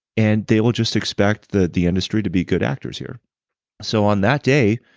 and they will just expect the the industry to be good actors here so on that day,